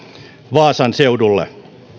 vaasan seudulle